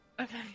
Okay